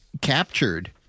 captured